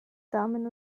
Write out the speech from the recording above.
damen